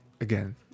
again